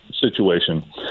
situation